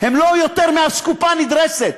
הם לא יותר מאסקופה נדרסת,